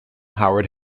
howard